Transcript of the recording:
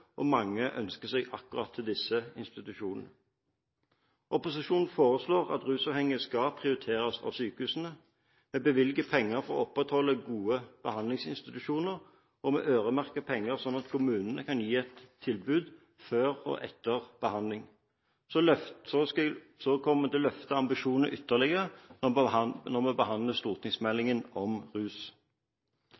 og mange ønsker seg akkurat til disse institusjonene. Opposisjonen foreslår at rusavhengige skal prioriteres av sykehusene. Vi bevilger penger for å opprettholde gode behandlingsinstitusjoner, og vi øremerker penger, slik at kommunene kan gi et tilbud før og etter behandling. Så kommer vi til å løfte ambisjonene ytterligere når vi